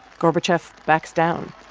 gorbachev backs down.